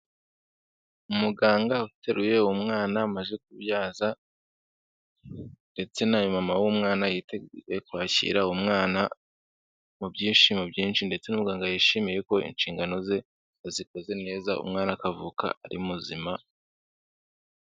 Umuganga uteruye umwana amaze kubyaza ndetse na mama w'umwana yiteguye kwakira umwana mu byishimo byinshi ndetse n'umuganga yishimiye ko inshingano ze azikoze neza, umwana akavuka ari muzima.